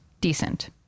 decent